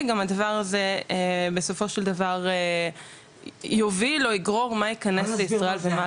גם הדבר הזה בסופו של דבר יוביל או יגרור למה שיכנס לישראל ומה